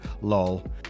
lol